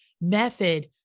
method